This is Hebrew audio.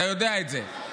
אתה יודע את זה,